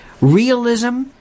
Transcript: realism